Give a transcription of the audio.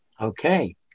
Okay